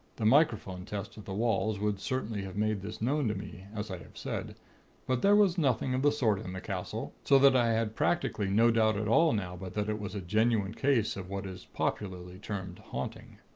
the microphone test of the walls would certainly have made this known to me, as i have said but there was nothing of the sort in the castle so that i had practically no doubt at all now, but that it was a genuine case of what is popularly termed haunting.